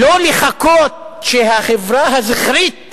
לא לחכות שהחברה הזכרית